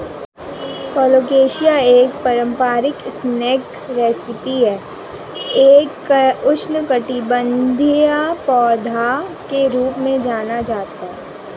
colocasia एक पारंपरिक snack recipe है एक उष्णकटिबंधीय पौधा के रूप में जाना जाता है